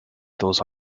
those